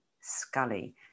Scully